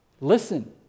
Listen